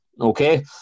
Okay